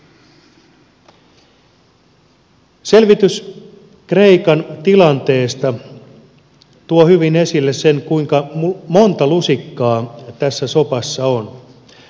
selvitys kreikan tilanteesta tuo hyvin esille sen kuinka monta lusikkaa tässä sopassa on